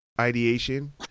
ideation